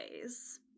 ways